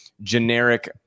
generic